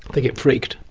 they get freaked.